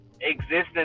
existence